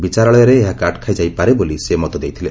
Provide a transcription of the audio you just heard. ବିଚାରାଳୟରେ ଏହା କାଟ୍ ଖାଇଯାଇପାରେ ବୋଲି ସେ ମତ ରଖିଥିଲେ